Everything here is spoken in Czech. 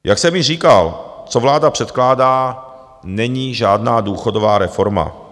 Jak jsem již říkal, co vláda předkládá, není žádná důchodová reforma.